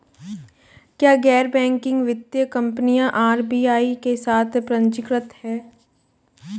क्या गैर बैंकिंग वित्तीय कंपनियां आर.बी.आई के साथ पंजीकृत हैं?